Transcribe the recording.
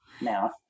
now